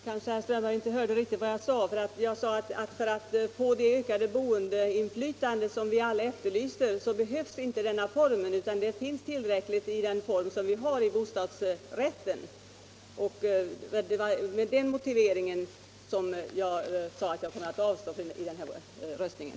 Fru talman! Herr Strömberg kanske inte hörde riktigt vad jag sade. Jag sade att för att få det ökade boendeinflytande som vi alla efterlyser behövs inte denna form för ägande. Det är tillräckligt med den form vi har i bostadsrätten. Det var med den motiveringen jag sade att jag kommer att avstå i den här omröstningen.